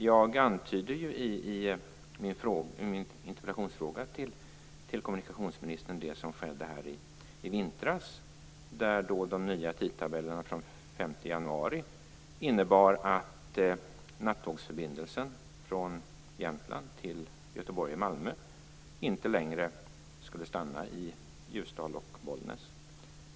Jag antyder i min interpellation till kommunikationsministern det som skedde i vintras, dvs. att de nya tidtabellerna från den 5 januari innebar att nattågsförbindelsen från Jämtland till Göteborg och Malmö inte längre skulle stanna i Ljusdal och Bollnäs.